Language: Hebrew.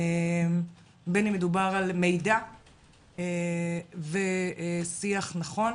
בין אם מדובר על מידע ושיח נכון.